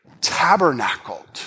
tabernacled